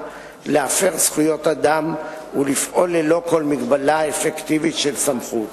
להפר זכויות אדם ולפעול ללא כל מגבלה אפקטיבית של סמכות.